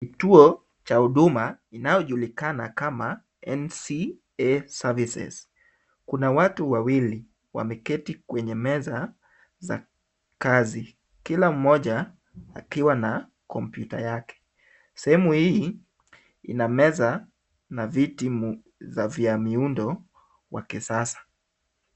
Kituo cha huduma inayojulikana kama NCA Services . Kuna watu wawili wameketi kwenye meza za kazi kila mmoja akiwa na kompyuta yake. Sehemu hii ina meza na viti vya miundo ya kisasa.